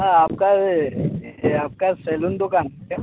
हाँ आपका वह यह आपका सैलून दुकान है